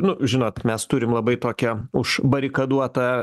nu žinot mes turim labai tokią užbarikaduotą